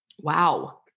Wow